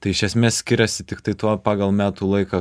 tai iš esmės skiriasi tiktai tuo pagal metų laiką